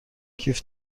کیف